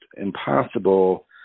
impossible